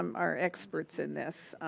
um our experts in this,